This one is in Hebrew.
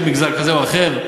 ואל תאשים מגזר כזה או אחר.